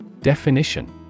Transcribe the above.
Definition